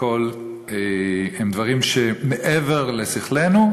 הכול הם דברים שמעבר לשכלנו,